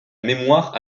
mémoire